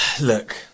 Look